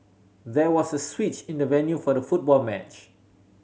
there was a switch in the venue for the football match